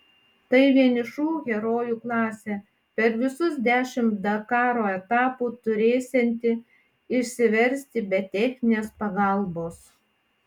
tai vienišų herojų klasė per visus dešimt dakaro etapų turėsianti išsiversti be techninės pagalbos